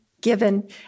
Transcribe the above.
given